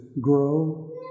grow